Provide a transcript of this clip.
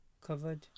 covered